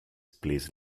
please